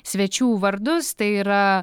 svečių vardus tai yra